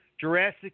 Jurassic